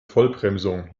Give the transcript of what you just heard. vollbremsung